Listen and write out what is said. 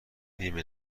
بیمه